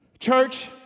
Church